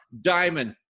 diamond